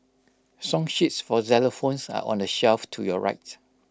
song sheets for xylophones are on the shelf to your right